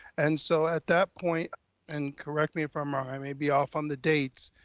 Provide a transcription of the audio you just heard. and so at that point and correct me if i'm wrong, i may be off on the dates,